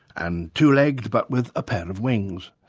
and two-legged but with a pair of wings.